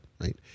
right